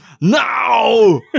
Now